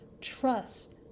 trust